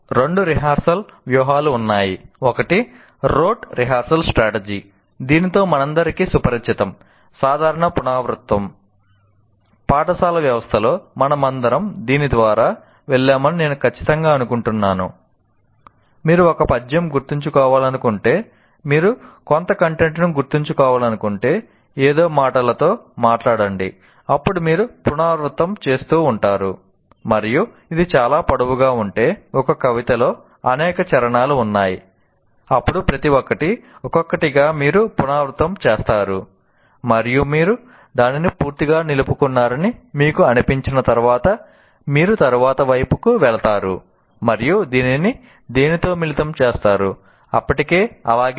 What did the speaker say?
రెండు రిహార్సల్ వ్యూహాలు ఉన్నాయి ఒకటి రోట్ రిహార్సల్ స్ట్రాటజీ అని పిలుస్తాము